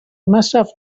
مصرف